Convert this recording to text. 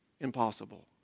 impossible